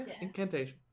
Incantation